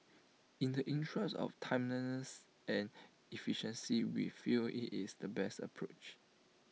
in the interest of timeliness and efficiency we feel IT is the best approach